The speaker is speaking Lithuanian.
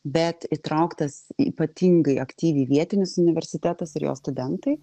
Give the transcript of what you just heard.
bet įtrauktas ypatingai aktyviai vietinis universitetas ir jo studentai